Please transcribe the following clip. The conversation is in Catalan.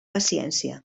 paciència